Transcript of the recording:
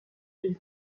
chez